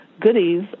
goodies